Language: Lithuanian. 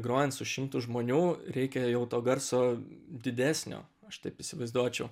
grojant su šimtu žmonių reikia jau to garso didesnio aš taip įsivaizduočiau